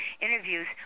interviews